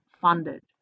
funded